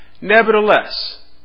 Nevertheless